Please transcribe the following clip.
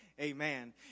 Amen